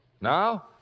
Now